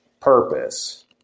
purpose